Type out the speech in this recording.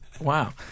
wow